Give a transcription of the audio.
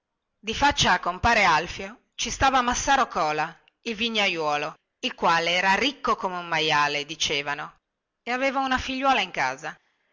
di faccia a compare alfio ci stava massaro cola il vignaiuolo il quale era ricco come un maiale dicevano e aveva una figliuola in casa